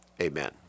amen